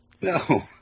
No